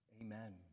Amen